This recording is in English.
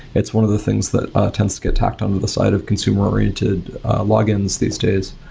it's one of the things that tends to get tacked on the side of consumer-oriented logins these days.